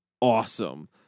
awesome